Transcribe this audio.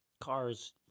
cars